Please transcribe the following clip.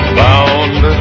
bound